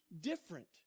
different